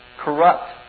corrupt